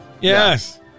Yes